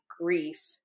grief